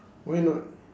why not